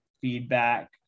feedback